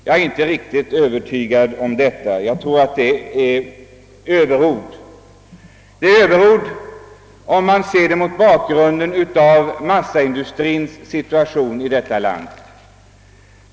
Jag är inte riktigt övertygad om detta. Det är nog ett överord om man ser det mot bakgrunden av massaindustriens situation i landet.